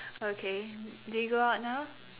okay do we go out now